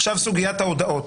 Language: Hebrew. עכשיו לגבי סוגית ההודעות,